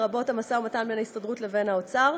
לרבות המשא ומתן בין ההסתדרות לבין האוצר,